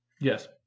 Yes